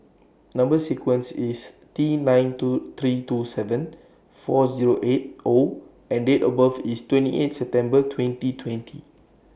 Number sequence IS T nine two three two seven four Zero eight O and Date of birth IS twenty eight September twenty twenty